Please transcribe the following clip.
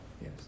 Yes